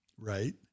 Right